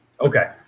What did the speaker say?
Okay